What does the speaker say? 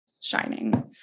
shining